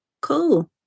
Cool